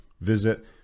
Visit